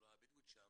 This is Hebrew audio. החברה הבדואית שם,